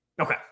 Okay